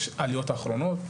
יש עליות אחרונות,